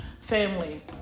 family